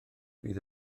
bydd